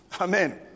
Amen